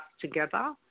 together